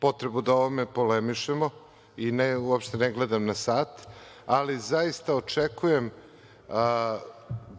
potrebu da o ovome polemišemo i uopšte ne gledam na sat, ali zaista očekujem